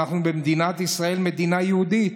אנחנו במדינת ישראל, מדינה יהודית.